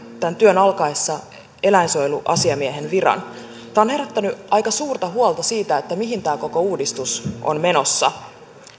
tämän työn alkaessa eläinsuojeluasiamiehen viran tämä on herättänyt aika suurta huolta siitä mihin tämä koko uudistus on menossa